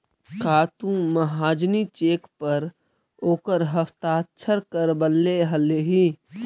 का तु महाजनी चेक पर ओकर हस्ताक्षर करवले हलहि